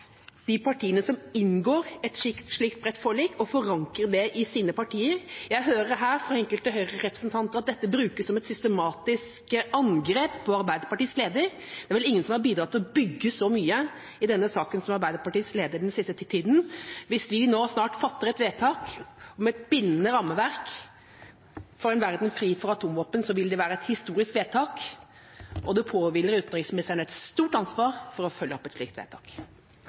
de partiene som inngår i et slikt bredt forlik, tilstrebe å forankre det i sine partier. Jeg hører her, fra enkelte Høyre-representanter, at dette brukes som et systematisk angrep på Arbeiderpartiets leder. Det er vel ingen som har bidratt til å bygge så mye i denne saken som Arbeiderpartiets leder den siste tida. Hvis vi nå snart fatter et vedtak om et bindende rammeverk for en verden fri for atomvåpen, vil det være et historisk vedtak, og det påhviler utenriksministeren et stort ansvar for å følge opp et slikt vedtak.